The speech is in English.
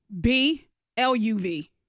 B-L-U-V